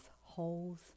Holes